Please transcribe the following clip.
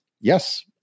yes